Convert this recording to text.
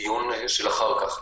לדיון של אחר כך.